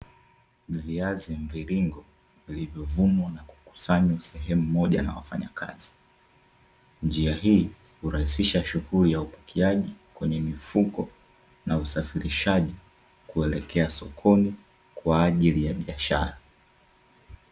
Viazi mviringo vilivyovunwa na kukusanywa sehemu moja na wafanyakazi. Njia hii hurahisisha shughuli ya upakiaji kwenye mifuko na usafirishaji kuelekea sokoni, kwaajili ya biashara.